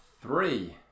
three